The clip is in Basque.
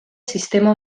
sistema